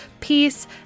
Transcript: peace